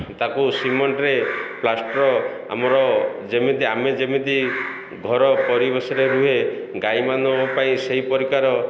ତାକୁ ସିମେଣ୍ଟରେ ପ୍ଲାଷ୍ଟର୍ ଆମର ଯେମିତି ଆମେ ଯେମିତି ଘର ପରିବେଶରେ ରୁହେ ଗାଈମାନଙ୍କ ପାଇଁ ସେଇ ପରିକାର